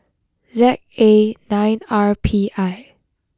Z A nine R P I